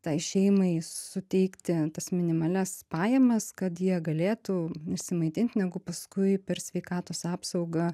tai šeimai suteikti tas minimalias pajamas kad jie galėtų išsimaitint negu paskui per sveikatos apsaugą